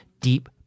deep